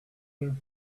there